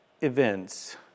events